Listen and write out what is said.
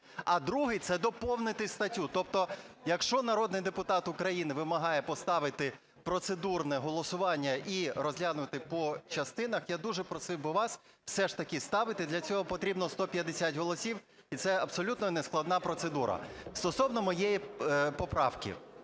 а другий – це доповнити статтю. Тобто якщо народний депутат України вимагає поставити процедурне голосування і розглянути по частинах, я дуже просив би вас все ж таки ставити. Для цього потрібно 150 голосів, і це абсолютно нескладна процедура. Стосовно моєї поправки.